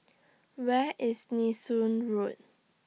Where IS Nee Soon Road